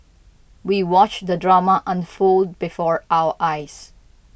we watched the drama unfold before our eyes